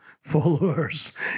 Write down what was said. followers